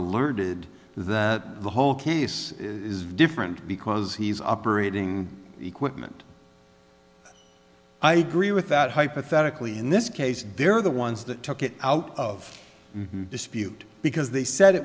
alerted that the whole case is different because he's operating equipment i agree with that hypothetically in this case they're the ones that took it out of dispute because they said it